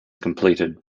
completed